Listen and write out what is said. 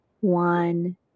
One